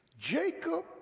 Jacob